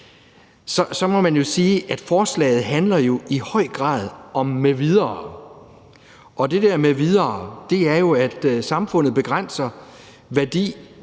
Man må jo sige, at forslaget jo i høj grad handler om »med videre«, og det der »med videre« er jo, at samfundet begrænser værdi